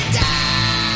die